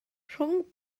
rhwng